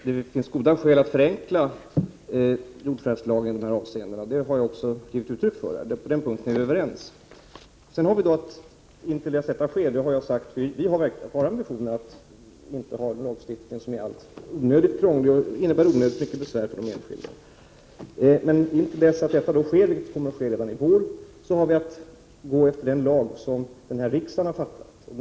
Herr talman! Först vill jag säga till Eva Björne att vi är överens om att det finns goda skäl att förenkla jordförvärvslagen i det här avseendet. Det har jag också givit uttryck åt här. På den punkten är vi överens. Vi har vidare sagt att tills detta sker har vi ambitionen att inte ha en lagstiftning som är onödigt krånglig och innebär onödigt mycket besvär för de enskilda. Men till dess att detta kommer att ske i vår har vi att gå efter den lag som denna riksdag har fattat beslut om.